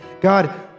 God